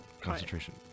Concentration